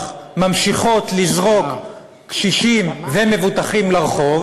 ממשיכות לזרוק קשישים ומבוטחים לרחוב.